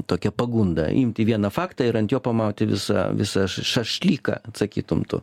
tokia pagunda imti vieną faktą ir ant jo pamauti visą visą šašlyką atsakytum tu